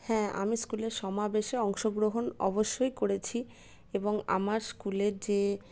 হ্যাঁ আমি স্কুলের সমাবেশে অংশগ্রহণ অবশ্যই করেছি এবং আমার স্কুলের যে